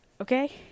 Okay